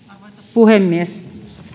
puhemies